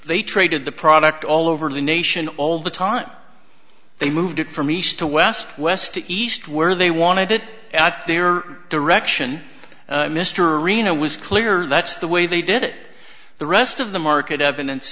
they traded the product all over the nation all the time they moved it from east to west west to east where they wanted it at their direction mr arena was clear that's the way they did it the rest of the market evidence